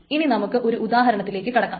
ഇനി നമുക്ക് ഒരു ഉദാഹരണത്തിലേക്കു കടക്കാം